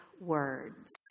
words